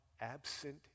absent